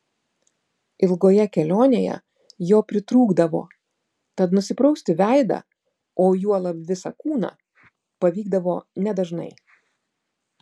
ilgoje kelionėje jo pritrūkdavo tad nusiprausti veidą o juolab visą kūną pavykdavo nedažnai